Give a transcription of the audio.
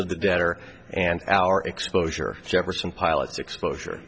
of the debtor and our exposure jefferson pilots exposure